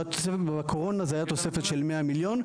בקורונה היה תוספת של 100 מיליון,